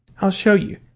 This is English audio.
i'll show you.